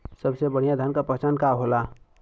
सबसे बढ़ियां धान का पहचान का होला?